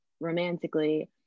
romantically